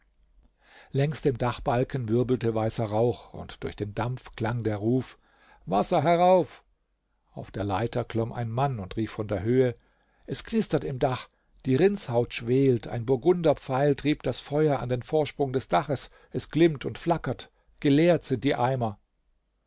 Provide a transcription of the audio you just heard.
längs dem dachbalken wirbelte weißer rauch und durch den dampf klang der ruf wasser herauf auf der leiter klomm ein mann und rief von der höhe es knistert im dach die rindshaut schwelt ein burgunderpfeil trieb das feuer an den vorsprung des daches es glimmt und flackert geleert sind die eimer